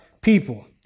people